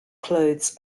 clothes